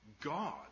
God